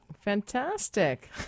fantastic